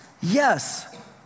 Yes